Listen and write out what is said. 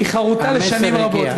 היא חרותה לשנים רבות.